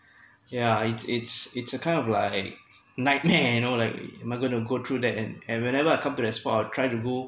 yeah it's it's it's a kind of like nightmare you know like am I going to go through that and and whenever I come to that spot I try to go